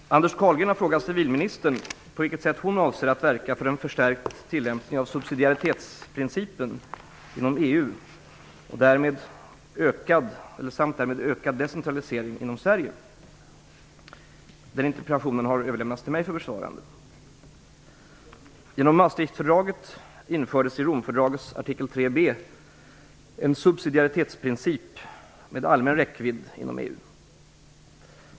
Fru talman! Andreas Carlgren har frågat civilministern på vilket sätt hon avser att verka för en förstärkt tillämpning av subsidiaritetsprincipen inom EU samt därmed en ökad decentralisering inom Sverige. Interpellationen har överlämnats till mig för besvarande.